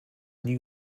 new